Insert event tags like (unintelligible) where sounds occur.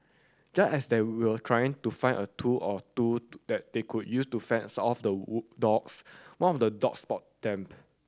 just as they will trying to find a tool or two that they could use to fend off the (unintelligible) dogs one of the dogs spotted them (unintelligible)